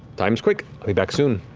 time's quick. i'll be back soon.